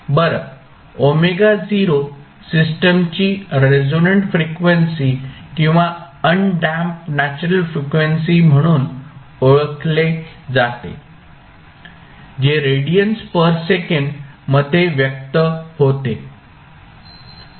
बरं ω0 सिस्टमची resonant frequency किंवा अन्डॅम्पड नॅचरल फ्रिक्वेंसी म्हणून ओळखले जाते जे रेडियन्स प्रति सेकंद मध्ये व्यक्त होते